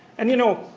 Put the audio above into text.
and you know,